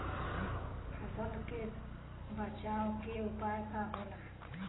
फसल के बचाव के उपाय का होला?